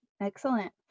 Excellent